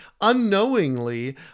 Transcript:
unknowingly